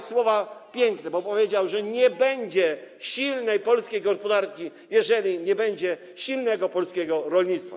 słowa piękne, bo powiedział, że nie będzie silnej polskiej gospodarki, jeżeli nie będzie silnego polskiego rolnictwa.